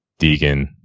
Deegan